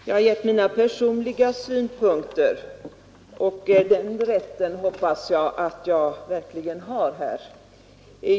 Jag har gett uttryck åt mina personliga synpunkter, och den rätten hoppas jag verkligen att jag har.